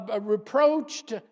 reproached